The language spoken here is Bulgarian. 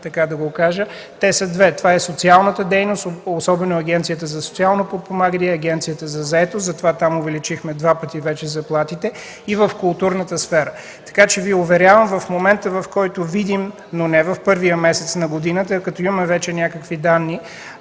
те са две – социалната дейност, особено Агенцията за социално подпомагане и Агенцията по заетостта, затова там увеличихме два пъти заплатите, и в културната сфера. Уверявам Ви, че в момента, в който видим, но не в първия месец на годината, а когато имаме някакви